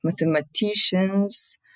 mathematicians